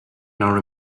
nor